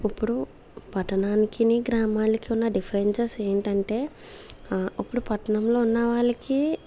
ఇప్పుడు పట్టణానికిని గ్రామాలకి ఉన్న డిఫరెన్సెస్ ఏంటంటే ఇప్పుడు పట్టణంలో ఉన్నవాళ్లకి